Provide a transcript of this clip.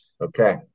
okay